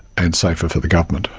and safer for the government.